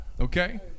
okay